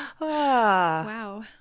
Wow